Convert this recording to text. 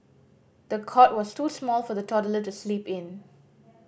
the cot was too small for the toddler to sleep in